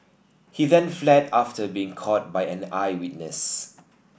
he then fled after being caught by an eyewitness